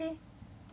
it's at novena